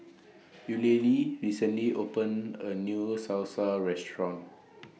Eulalie recently opened A New Salsa Restaurant